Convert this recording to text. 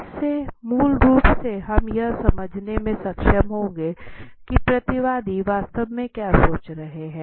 इससे मूल रूप से हम यह समझने में सक्षम होंगे की प्रतिवादी वास्तव में क्या सोच रहा है